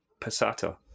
passata